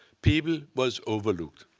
people was overlooked.